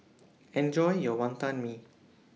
Enjoy your Wantan Mee